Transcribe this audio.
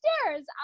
stairs